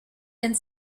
and